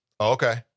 Okay